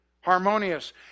harmonious